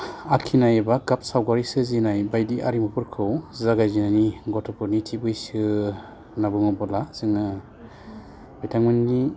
आखिनाय बा गाब सावगारि सोरजिनाय बायदि आरिमुफोरखौ जागायनायनि गथ'फोरनि थि बैसो होन्ना बुङोबोला जोङो बिथांमोननि